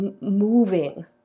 moving